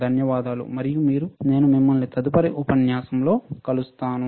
ధన్యవాదాలు మరియు నేను మిమ్మల్ని తదుపరి ఉపన్యాసంలో కలుస్తాను